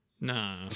Nah